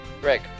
Greg